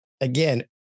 Again